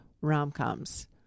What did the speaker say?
rom-coms